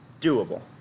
doable